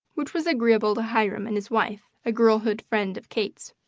which was agreeable to hiram and his wife, a girlhood friend of kate's.